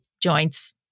joints